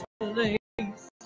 place